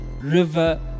river